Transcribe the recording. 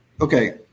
okay